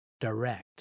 direct